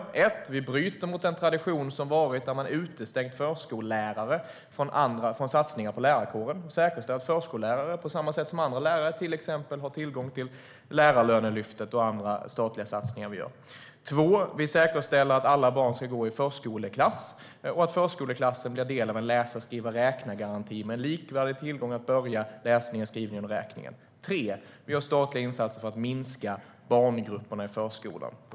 För det första är det viktigt att vi bryter mot den tradition som har varit, att man har utestängt förskollärare från satsningar på lärarkåren, och säkerställer att förskollärare på samma sätt som andra lärare har tillgång till exempelvis lärarlönelyftet och andra statliga satsningar som vi gör. För det andra är det viktigt att vi säkerställer att alla barn ska gå i förskoleklass och att förskoleklassen blir en del av en läsa-skriva-räkna-garanti med likvärdig tillgång till att börja läsningen, skrivningen och räkningen. För det tredje är det viktigt att vi gör statliga insatser för att minska barngrupperna i förskolan.